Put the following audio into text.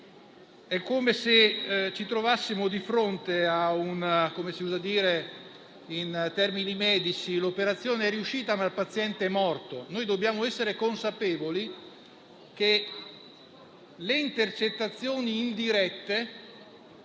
è come se ci trovassimo di fronte ad una situazione per cui, come si usa dire in termini medici, l'operazione è riuscita, ma il paziente è morto. Dobbiamo essere consapevoli che le intercettazioni indirette